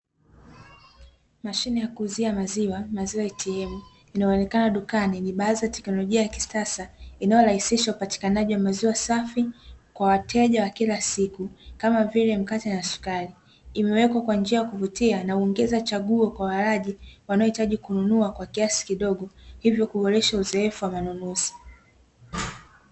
Mashine ya kuuzia maziwa, maziwa "ATM", inaonekana dukani ni baadhi ya teknolojia ya kisasa, inayorahisishwa upatikanaji wa maziwa safi kwa wateja wa kila siku, kama vile mkate na sukari, imewekwa kwa njia ya kuvutia naongeza chaguo kwa walaji wanaohitaji kununua kwa kiasi kidogo, hivyo kuboresha uzoefu wa manunuzi.